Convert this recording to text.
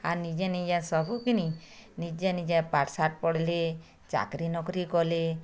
ଆର୍ ନିଜେ ନିଜେ ସବୁ କିନି ନିଜେ ନିଜେ ପାଠ୍ସାଠ୍ ପଢ଼ିଲେ ଚାକିରି ନକିରି କଲେ